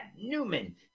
Newman